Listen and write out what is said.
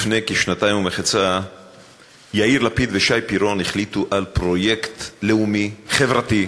לפני כשנתיים ומחצה יאיר לפיד ושי פירון החליטו על פרויקט לאומי חברתי,